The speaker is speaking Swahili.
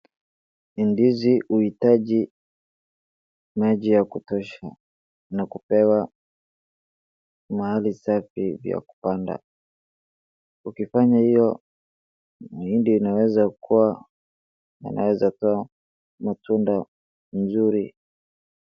Ndizi huitaji maji ya kutosha na kupewa mahali safi vya kupanda ukifanya hiyo mahindi inaweza kuwa kutoa matunda mzuri.